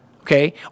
okay